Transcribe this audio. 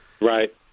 right